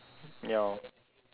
ya